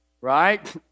right